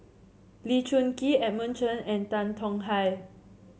Lee Choon Kee Edmund Chen and Tan Tong Hye